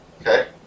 Okay